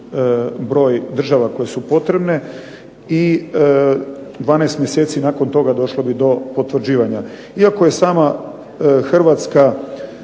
Hrvatska